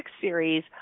series